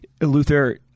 Luther